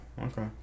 Okay